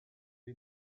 est